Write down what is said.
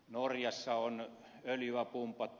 norjassa on öljyä pumpattu